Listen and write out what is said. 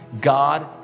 God